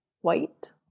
white